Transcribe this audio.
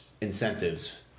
incentives